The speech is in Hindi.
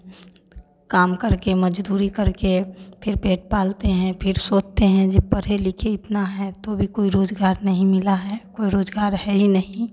काम करके मज़दूरी करके फिर पेट पालते हैं फिर सोचते हैं जो पढ़े लिखे इतना हैं तो भी कोई रोज़गार नहीं मिला है कोई रोज़गार है ही नहीं